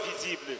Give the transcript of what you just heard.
invisible